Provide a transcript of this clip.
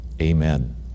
Amen